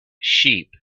sheep